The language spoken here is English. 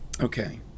Okay